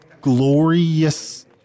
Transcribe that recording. Glorious